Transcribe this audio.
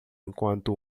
enquanto